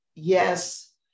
Yes